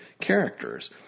characters